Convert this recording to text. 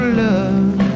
love